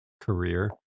career